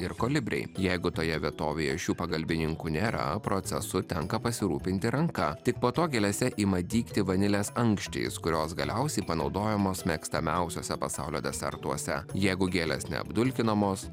ir kolibriai jeigu toje vietovėje šių pagalbininkų nėra procesu tenka pasirūpinti ranka tik po to gėlėse ima dygti vanilės ankštys kurios galiausiai panaudojamos mėgstamiausiose pasaulio desertuose jeigu gėlės ne apdulkinamos